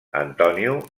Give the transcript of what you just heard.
antonio